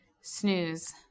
Snooze